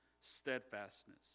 steadfastness